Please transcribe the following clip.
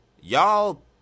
y'all